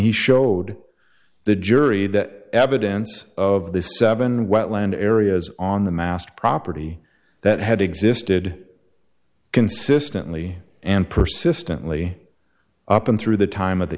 he showed the jury that evidence of this seven wetland areas on the master property that had existed consistently and persistently up and through the time of the